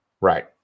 Right